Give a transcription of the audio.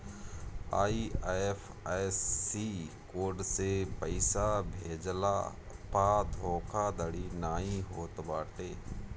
IFSC code से पइसा भेजला पअ धोखाधड़ी नाइ होत बाटे